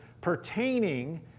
pertaining